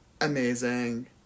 amazing